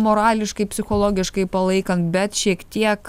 morališkai psichologiškai palaikant bet šiek tiek